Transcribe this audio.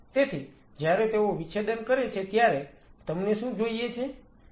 તેથી જ્યારે તેઓ વિચ્છેદન કરે છે ત્યારે તમને શું જોઈએ છે